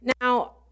Now